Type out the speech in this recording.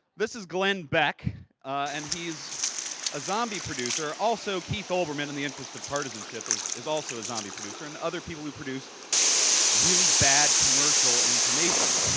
this is glenn beck and he is a zombie producer. also keith olbermann, in the interest of partisanship, is is also a zombie producer. and other people who produce really commercial information.